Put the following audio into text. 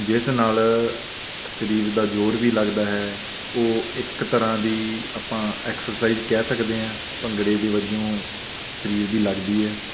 ਜਿਸ ਨਾਲ ਸਰੀਰ ਦਾ ਜ਼ੋਰ ਵੀ ਲੱਗਦਾ ਹੈ ਉਹ ਇੱਕ ਤਰ੍ਹਾਂ ਦੀ ਆਪਾਂ ਐਕਸਰਸਾਈਜ਼ ਕਹਿ ਸਕਦੇ ਹਾਂ ਭੰਗੜੇ ਦੇ ਵਜੋਂ ਸਰੀਰ ਦੀ ਲੱਗਦੀ ਹੈ